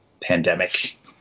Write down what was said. pandemic